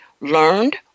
learned